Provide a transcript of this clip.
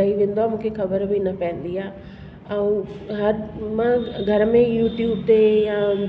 लही वेंदो आहे मूंखे ख़बर बि न पवंदी आहे ऐं हर मां घर में ई यूट्यूब ते या